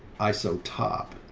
iso type,